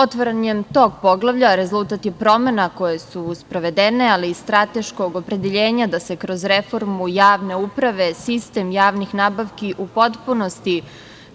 Otvaranjem tog poglavlja rezultat promena koje su sprovedene ali i strateškog opredeljenja da se kroz reformu javne uprave sistem javnih nabavki u potpunosti